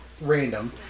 random